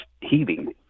heaving